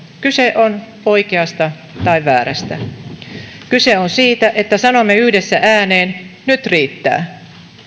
kyse on oikeasta tai väärästä kyse on siitä että sanomme yhdessä ääneen nyt riittää